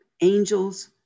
angels